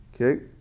Okay